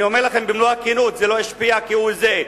אני אומר לכם במלוא הכנות: זה לא ישפיע כהוא זה,